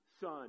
Son